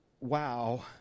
wow